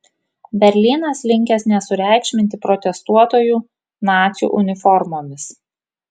berlynas linkęs nesureikšminti protestuotojų nacių uniformomis